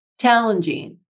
challenging